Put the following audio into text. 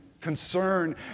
concern